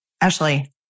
Ashley